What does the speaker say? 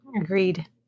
Agreed